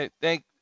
Thank